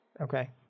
Okay